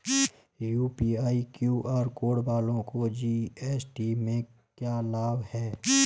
UPI QR code वालों को GST में लाभ क्या है?